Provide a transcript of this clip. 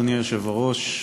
אדוני היושב-ראש,